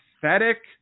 pathetic